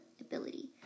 ability